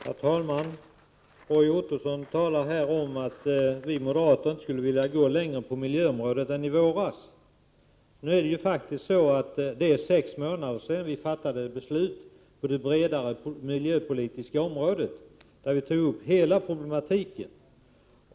Herr talman! Roy Ottosson säger här att vi moderater inte skulle vilja gå längre på miljöområdet än i våras. Vi fattade faktiskt ett beslut för sex månader sedan på det bredare miljöpolitiska området som omfattade hela problematiken.